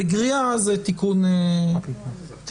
וגריעה זה תיקון חוק.